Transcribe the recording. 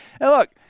look